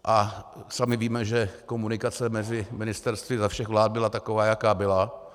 A sami víme, že komunikace mezi ministerstvy za všech vlád byla taková, jaká byla.